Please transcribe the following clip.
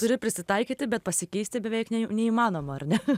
turi prisitaikyti bet pasikeisti beveik neį neįmanoma ar ne